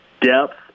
depth